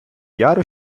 яру